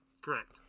Correct